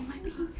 oh my god